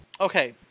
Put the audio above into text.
Okay